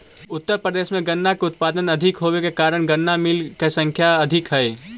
उत्तर प्रदेश में गन्ना के उत्पादन अधिक होवे के कारण गन्ना मिलऽ के संख्या अधिक हई